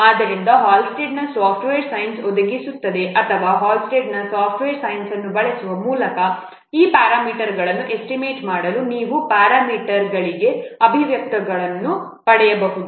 ಆದ್ದರಿಂದ ಹಾಲ್ಸ್ಟೆಡ್ನ ಸಾಫ್ಟ್ವೇರ್ ಸೈನ್ಸ್Halstead's software science ಒದಗಿಸುತ್ತದೆ ಅಥವಾ ಹಾಲ್ಸ್ಟೆಡ್ನ ಸಾಫ್ಟ್ವೇರ್ ಸೈನ್ಸ್Halstead's software science ಅನ್ನು ಬಳಸುವ ಮೂಲಕ ಈ ಪ್ಯಾರಾಮೀಟರ್ಗಳನ್ನು ಎಸ್ಟಿಮೇಟ್ ಮಾಡಲು ನೀವು ಈ ಪ್ಯಾರಾಮೀಟರ್ಗಳಿಗೆ ಅಭಿವ್ಯಕ್ತಿಗಳನ್ನು ಪಡೆಯಬಹುದು